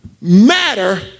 matter